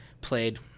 played